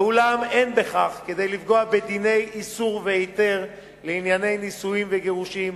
ואולם אין בכך כדי לפגוע בדיני איסור והיתר לענייני נישואין וגירושין